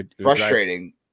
frustrating